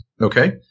Okay